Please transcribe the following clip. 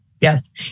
Yes